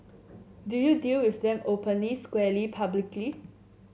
do you deal with them openly squarely publicly